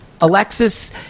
Alexis